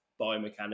biomechanics